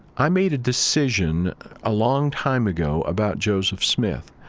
i made a decision a long time ago about joseph smith,